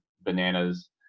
bananas